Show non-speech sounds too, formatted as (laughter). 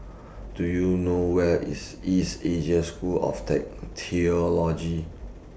Do YOU know Where IS East Asia School of (unintelligible) Theology